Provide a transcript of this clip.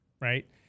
Right